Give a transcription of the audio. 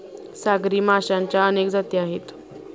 सागरी माशांच्या अनेक जाती आहेत